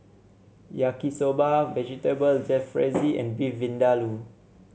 Yaki Soba Vegetable Jalfrezi and Beef Vindaloo